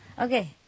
Okay